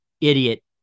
idiot